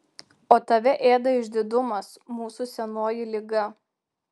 o tave ėda išdidumas mūsų senoji liga